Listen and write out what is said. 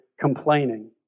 complaining